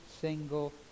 single